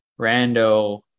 rando